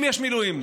אם יש מילואימניק